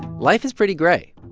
life is pretty gray.